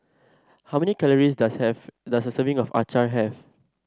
how many calories does have does a serving of Acar have